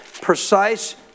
precise